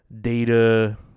data